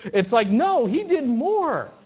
it's like, no. he did more.